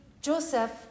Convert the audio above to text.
Joseph